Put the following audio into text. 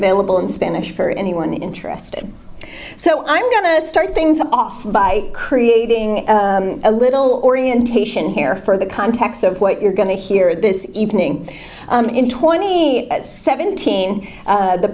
available in spanish for anyone interested so i'm going to start things off by creating a little orientation here for the context of what you're going to hear this evening in twenty seventeen